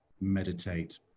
meditate